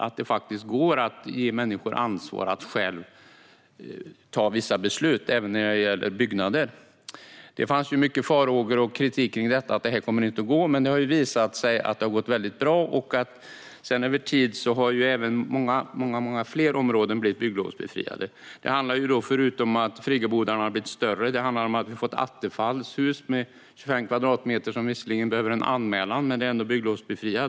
Det går faktiskt att ge människor ansvar att själva ta vissa beslut även när det gäller byggnader. Det fanns många farhågor och mycket kritik kring detta. Man trodde att detta inte skulle gå, men det har visat sig att det har gått väldigt bra. Med tiden har sedan många fler områden blivit bygglovsbefriade. Friggebodarna har blivit större. Vi har fått attefallshus, som är 25 kvadratmeter. De behöver visserligen en anmälan, men de är ändå bygglovsbefriade.